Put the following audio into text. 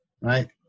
right